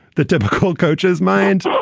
the typical coach's mind.